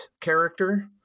character